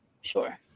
Sure